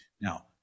Now